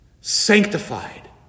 sanctified